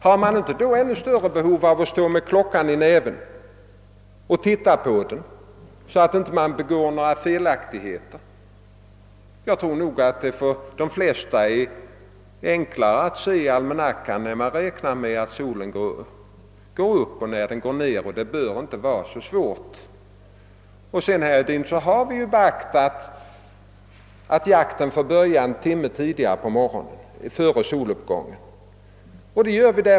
Har man inte då ännu större behov av att stå med klockan i näven och kontrollera att man inte begår några fel? Jag tror att det för de flesta är enklare att se i almanackan när solen beräknas gå upp och ned, det bör inte vara så svårt. Vi har ju också, herr Hedin, medgivit att jakten får börja en timme före soluppgången.